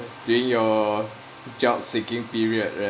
during your job seeking period